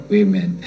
Women